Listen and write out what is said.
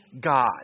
God